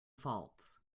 faults